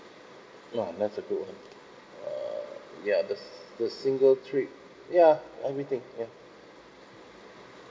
no that's a good one err ya the s~ the single trip yeah let me think yeah